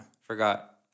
Forgot